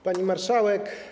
Pani Marszałek!